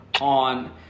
on